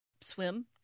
swim